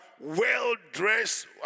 well-dressed